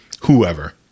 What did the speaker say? whoever